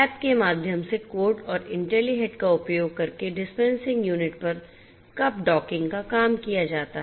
app के माध्यम से कोड और इंटेलीहेड का उपयोग करके डिस्पेंसिंग यूनिट पर कप डॉकिंग का काम किया जाता है